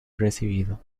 recibido